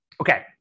Okay